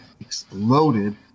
exploded